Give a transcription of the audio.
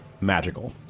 Magical